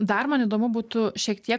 dar man įdomu būtų šiek tiek